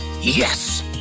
yes